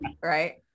right